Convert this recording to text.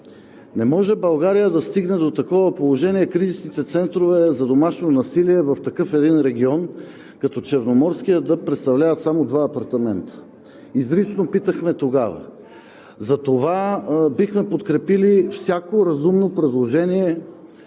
Не може България да стигне до такова положение – кризисните центрове за домашно насилие в регион като Черноморския да представляват само два апартамента. Изрично питахме тогава. Затова бихме подкрепили всяко разумно предложение,